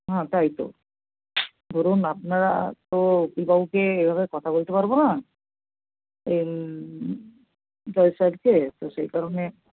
হ্যাঁ তাই তো ধরুন আপনারা তো উইদাউট ইয়ে এভাবে কথা বলতে পারবো না জজসাহেবকে তো সেই কারণে